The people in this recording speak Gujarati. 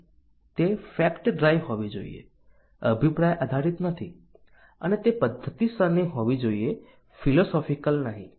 તે ફેક્ટ ડ્રાઇવ હોવી જોઈએ અભિપ્રાય આધારિત નથી અને તે પદ્ધતિસરની હોવી જોઈએ ફિલોસોફિકલ નહીં